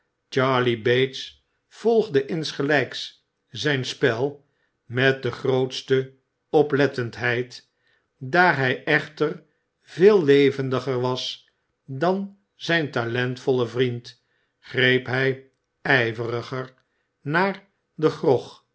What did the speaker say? bates volgde insgelijks zijn spel met de grootste oplettendheid daar hij echter veel levendiger was dan zijn talentvolle vriend greep hij ijveriger naar den grog